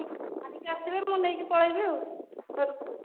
ଆଣିକି ଆସିବେ ମୁଁ ନେଇକି ପଳେଇବି ଆଉ ଘରକୁ